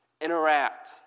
interact